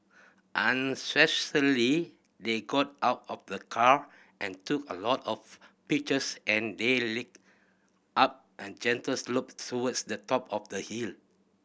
they got out of the car and took a lot of pictures and they up a gentle slope towards the top of the hill